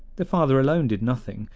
the father alone did nothing,